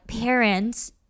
parents